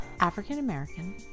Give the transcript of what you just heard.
african-american